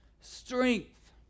Strength